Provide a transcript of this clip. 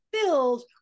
filled